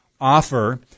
offer